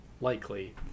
likely